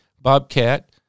bobcat